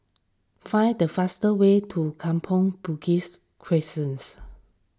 find the fast way to Kampong Bugis Crescents